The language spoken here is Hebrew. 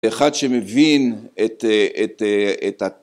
‫אחד שמבין את ה...